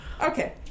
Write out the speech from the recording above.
Okay